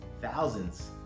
thousands